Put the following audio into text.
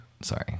sorry